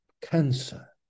cancer